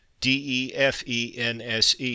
DEFENSE